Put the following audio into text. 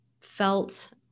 felt